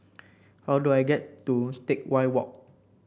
how do I get to Teck Whye Walk